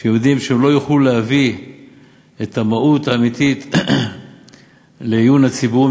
הם יודעים שהם לא יוכלו להביא את המהות האמיתית לעיון הציבור,